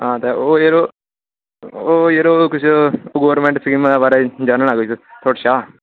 आं ते ओह् यरो ओह् यरो किश गौरमेंट स्कीमें दे बारै ई जानना किश थुआढ़े कशा